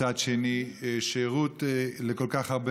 מצד שני שירות לכל כך הרבה,